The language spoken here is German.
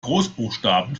großbuchstaben